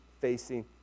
facing